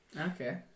okay